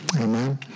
Amen